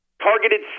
targeted